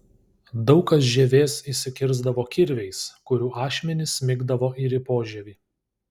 daug kas žievės išsikirsdavo kirviais kurių ašmenys smigdavo ir į požievį